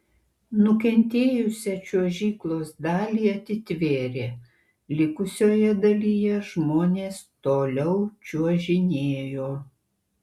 nukentėjusią čiuožyklos dalį atitvėrė likusioje dalyje žmonės toliau čiuožinėjo